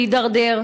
ולהידרדר.